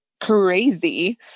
crazy